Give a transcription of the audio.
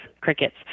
crickets